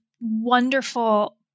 wonderful